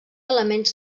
elements